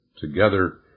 together